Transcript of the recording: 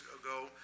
ago